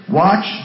watch